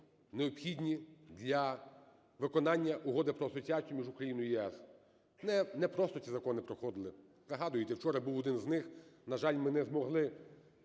необхідні для виконання Угоди про асоціацію між Україною і ЄС. Не просто ці закони проходили. Пригадуєте, вчора був один з них, на жаль, ми не змогли